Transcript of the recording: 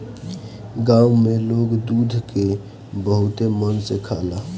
गाँव में लोग दूध के बहुते मन से खाला